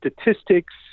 statistics